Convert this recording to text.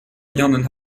birnen